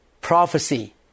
prophecy